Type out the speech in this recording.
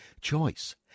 choice